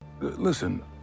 Listen